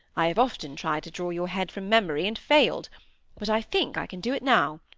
i have often tried to draw your head from memory, and failed but i think i can do it now.